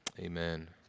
amen